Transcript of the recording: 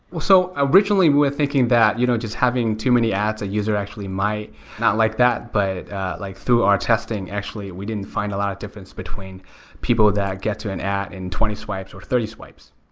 so originally we're thinking that. you know just having too many ads a user actually might not like that, but like through our testing, actually we didn't find a lot difference between people that get to an ad in twenty swipes or thirty swipes.